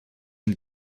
and